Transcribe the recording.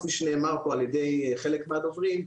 כפי שנאמר פה על ידי חלק מהדוברים,